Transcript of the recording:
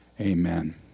Amen